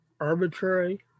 arbitrary